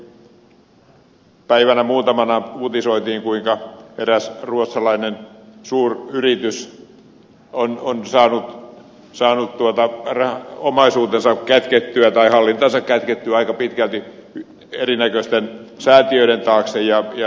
tuossa juuri päivänä muutamana uutisoitiin kuinka eräs ruotsalainen suuryritys on saanut omaisuutensa tai hallintansa kätkettyä aika pitkälti erinäköisten säätiöiden taakse